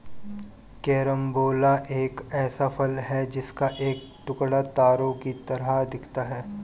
carambola एक ऐसा फल है जिसका एक टुकड़ा तारों की तरह दिखता है